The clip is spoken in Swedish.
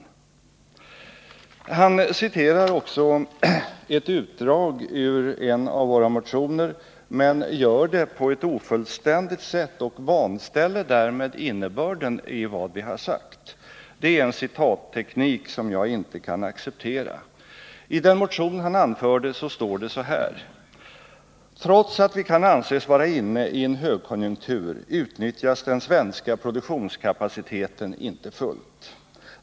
Eric Enlund citerar också ur en av våra motioner men gör det på ett ofullständigt sätt och vanställer därmed innebörden i vad vi har anfört. Det är en citatteknik som jag inte kan acceptera. I den motion som Eric Enlund citerade står det så här: ”Trots att vi kan anses vara inne i en högkonjunktur utnyttjas den svenska produktionskapaciteten inte fullt.